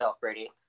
Brady